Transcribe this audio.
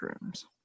rooms